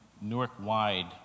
Newark-wide